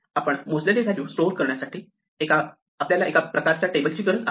आपण मोजलेली value store करण्यासाठी आपल्याला एका प्रकारच्या टेबलची गरज आहे